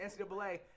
NCAA